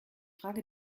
frage